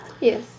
Yes